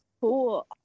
cool